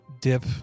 dip